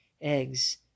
eggs